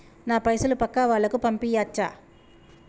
నా పైసలు పక్కా వాళ్ళకు పంపియాచ్చా?